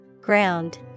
Ground